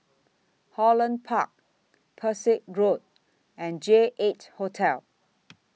Holland Park Pesek Road and J eight Hotel